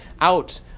out